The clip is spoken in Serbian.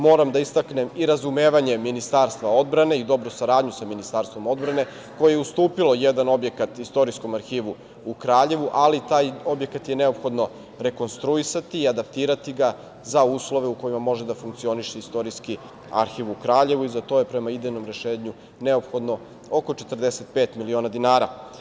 Moram da istaknem i razumevanje Ministarstva odbrane i dobru saradnju sa Ministarstvom odbrane koje je ustupilo jedan objekat istorijskom arhivu u Kraljevu, ali taj objekat je neophodno rekonstruisati i adaptirati ga za uslove u kojima može da funkcioniše Istorijski arhiv u Kraljevu i za to je, prema idejnom rešenju, neophodno oko 45 miliona dinara.